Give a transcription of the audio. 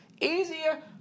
easier